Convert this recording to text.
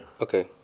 Okay